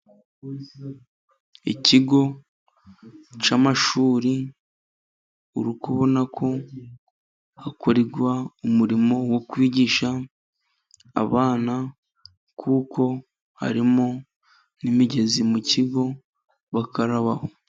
Ikigo cy'amashuri urikubona ko hakorerwa umurimo wo kwigisha abana, kuko harimo n'imigezi mu kigo bakarabaho.